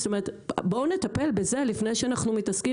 זאת אומרת בואו נטפל בזה לפני שאנחנו מתעסקים